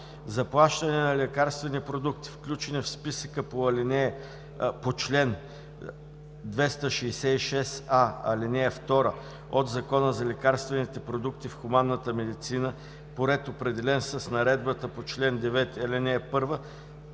заплащане на лекарствени продукти, включени в списъка по чл. 266а, ал. 2 от Закона за лекарствените продукти в хуманната медицина, по ред, определен с Наредбата по чл. 9, ал. 1